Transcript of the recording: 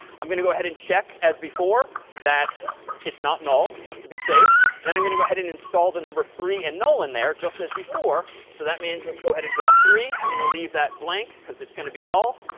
i'm going to go ahead and check as before that's it's not null, just to be safe. then i'm going to go ahead and install the number three and null in there just as before. so that means let's go ahead and draw three. i'm going to leave that blank because it's going to be null.